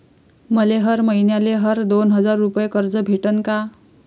मले हर मईन्याले हर दोन हजार रुपये कर्ज भेटन का?